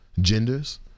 genders